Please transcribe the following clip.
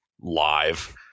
live